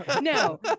no